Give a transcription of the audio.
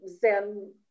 Zen